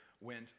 went